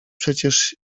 przecież